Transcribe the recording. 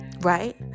right